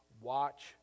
watch